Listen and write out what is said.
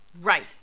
right